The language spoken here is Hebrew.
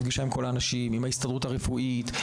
נפגשה עם ההסתדרות הרפואית,